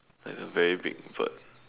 like a very big bird